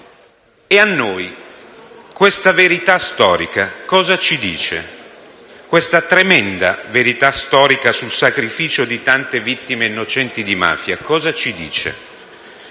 E a noi questa verità storica cosa ci dice? Questa tremenda verità storica del sacrificio di tante vittime innocenti di mafia cosa ci dice?